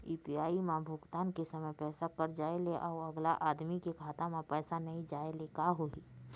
UPI म भुगतान के समय पैसा कट जाय ले, अउ अगला आदमी के खाता म पैसा नई जाय ले का होही?